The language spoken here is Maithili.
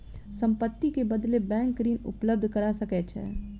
संपत्ति के बदले बैंक ऋण उपलब्ध करा सकै छै